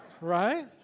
Right